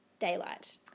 daylight